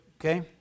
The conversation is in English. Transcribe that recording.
Okay